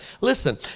Listen